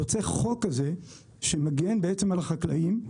יוצא חוק כזה שמגן בעצם על החקלאים,